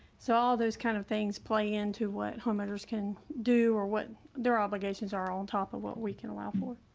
so all those kind of things play into what homeowners can do or what their obligations are on top of what we can allow for.